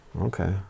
Okay